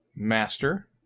Master